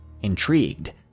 Intrigued